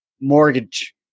mortgage